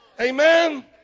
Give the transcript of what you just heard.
Amen